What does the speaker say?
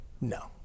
no